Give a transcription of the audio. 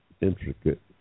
intricate